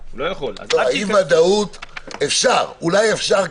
אולי אפשר,